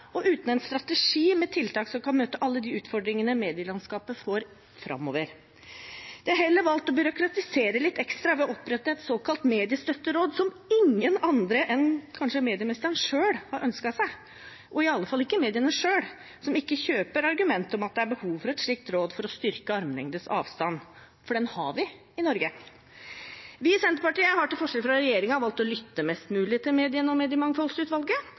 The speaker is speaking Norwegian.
og uten en strategi med tiltak som kan møte alle de utfordringene medielandskapet får framover. De har heller valgt å byråkratisere litt ekstra ved å opprette et såkalt mediestøtteråd som ingen andre enn medieministeren selv har ønsket seg, og i alle fall ikke mediene selv, som ikke kjøper argumentet om at det er behov for et slikt råd for å styrke armlengdes avstand, for det har vi i Norge. Vi i Senterpartiet har til forskjell fra regjeringen valgt å lytte mest mulig til mediene og mediemangfoldsutvalget